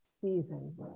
season